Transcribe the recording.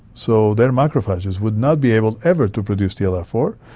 so their macrophages would not be able ever to produce t l r four.